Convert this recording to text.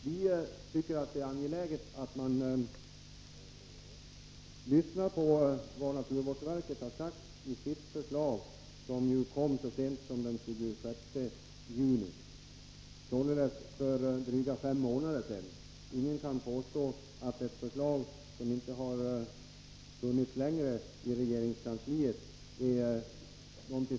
Vi tycker att det är angeläget att man läser vad naturvårdsverket har sagt i sitt förslag, som ju kom så sent som den 26 juni, således för drygt fem månader sedan. Ingen kan påstå att någon försöker förhala, eftersom förslaget inte har funnits längre tid i regeringskansliet.